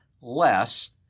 less